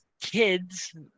kids